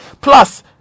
Plus